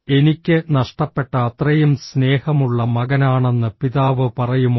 എനിക്ക് നഷ്ടപ്പെട്ട അത്രയും സ്നേഹമുള്ള മകനാണെന്ന് പിതാവ് പറയുമോ